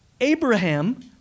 Abraham